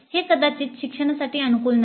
हे कदाचित शिक्षणासाठी अनुकूल नाही